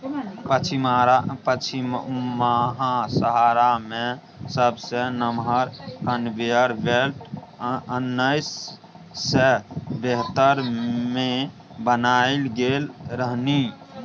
पछिमाहा सहारा मे सबसँ नमहर कन्वेयर बेल्ट उन्नैस सय बहत्तर मे बनाएल गेल रहनि